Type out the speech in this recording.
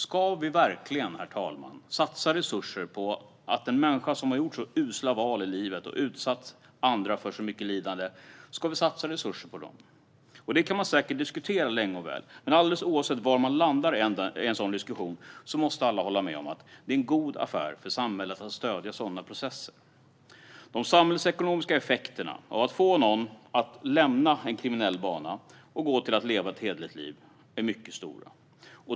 Ska vi verkligen satsa resurser på en människa som gjort sådana usla val i livet och utsatt andra för så mycket lidande? Det kan säkert diskuteras länge och väl, men alldeles oavsett var man landar i en sådan diskussion måste alla hålla med om att det är en god affär för samhället att stödja sådana processer. De samhällsekonomiska effekterna av att få någon att lämna en kriminell bana och gå till att leva ett hederligt liv är mycket stora.